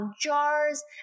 Jars